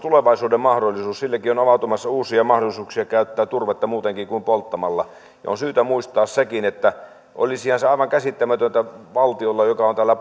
tulevaisuuden mahdollisuus on avautumassa uusia mahdollisuuksia käyttää turvetta muutenkin kuin polttamalla on syytä muistaa sekin että olisihan se aivan käsittämätöntä valtiolle joka on täällä